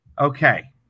Okay